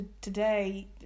today